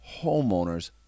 homeowners